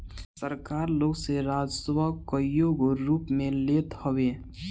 सरकार लोग से राजस्व कईगो रूप में लेत हवे